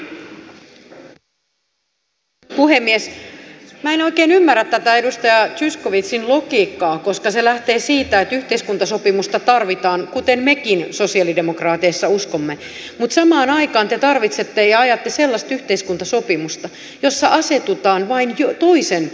minä en oikein ymmärrä tätä edustaja zyskowiczin logiikkaa koska se lähtee siitä että yhteiskuntasopimusta tarvitaan kuten mekin sosialidemokraateissa uskomme mutta samaan aikaan te tarvitsette ja ajatte sellaista yhteiskuntasopimusta jossa asetutaan vain toisen joukkueen puolelle